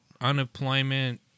unemployment